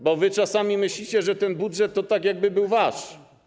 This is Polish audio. Bo wy czasami myślicie, że ten budżet to tak jakby był wasz.